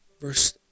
Verse